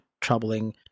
troubling